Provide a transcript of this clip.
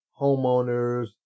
homeowners